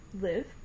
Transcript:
live